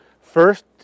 first